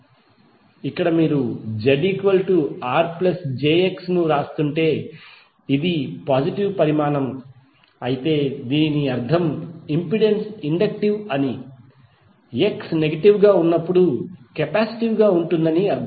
ఇక్కడ మీరుZRjX ను వ్రాస్తుంటే ఇది పాజిటివ్ పరిమాణం అయితే దీని అర్థం ఇంపెడెన్స్ ఇండక్టివ్ అని X నెగటివ్ గా ఉన్నప్పుడు కెపాసిటివ్ గా ఉంటుందని అర్థం